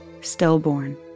stillborn